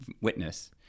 witness